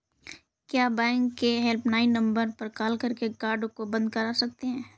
क्या बैंक के helpline number पर कॉल करके कार्ड को बंद करा सकते हैं?